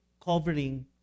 covering